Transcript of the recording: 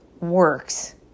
works